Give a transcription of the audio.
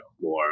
more